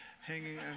hanging